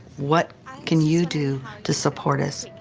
what can you do to support us?